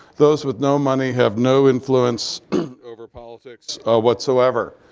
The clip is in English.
those with no money have no influence over politics whatsoever.